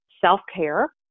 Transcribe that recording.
self-care